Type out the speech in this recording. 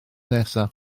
nesaf